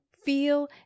Feel